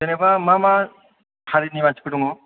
जेनोबा मा मा हारिनि मानसिफोर दङ